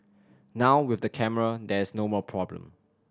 now with the camera there's no more problem